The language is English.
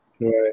right